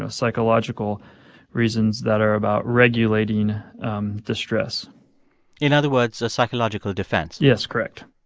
ah psychological reasons that are about regulating distress in other words, a psychological defense yes, correct